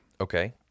Okay